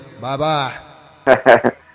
Bye-bye